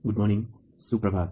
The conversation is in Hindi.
शुभ प्रभात